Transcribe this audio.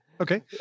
Okay